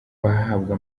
bahabwa